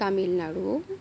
Tamil Nadu